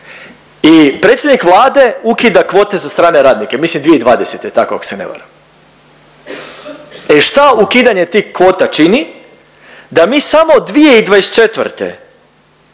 i predsjednik Vlade ukida kvote za strane radnike mislim 2020. je tako ako se ne varam. E šta ukidanje tih kvota čini? Da mi samo 2024.,